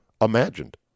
imagined